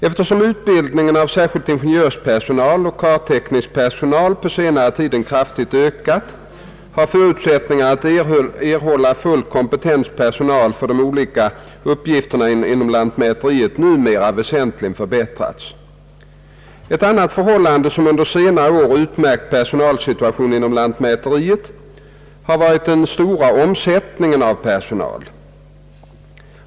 Eftersom utbildningen av särskilt ingenjörspersonal och kartteknisk personal på senare tid kraftigt ökat, har förutsättningarna att erhålla fullt kompetent personal för de olika uppgifterna inom lantmäteriet numera väsentligt förbättrats. Ett annat förhållande som under senare år utmärkt personalsituationen inom lantmäteriet har varit den stora omsättningen av personal.